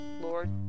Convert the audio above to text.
Lord